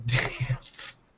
Dance